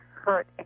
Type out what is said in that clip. hurt